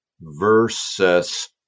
versus